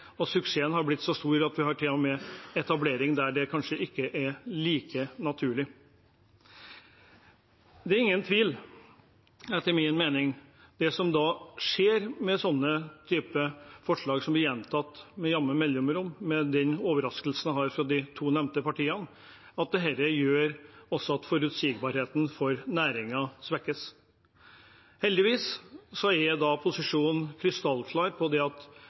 suksess? Suksessen har blitt så stor at det til og med er etablering der det kanskje ikke er like naturlig. Det er ingen tvil etter min mening: Det som skjer ved denne typen forslag, som blir gjentatt med jevne mellomrom – og jeg er overrasket over de to nevnte partiene – er at forutsigbarheten for næringen svekkes. Heldigvis er posisjonen krystallklar på at vi ikke rokker ved den forutsigbarheten som er nå. Det